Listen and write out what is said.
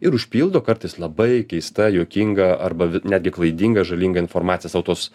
ir užpildo kartais labai keista juokinga arba netgi klaidinga žalinga informacija sau tuos